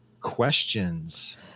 Questions